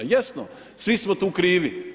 Jasno, svi smo tu krivi.